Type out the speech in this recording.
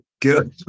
good